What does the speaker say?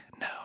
no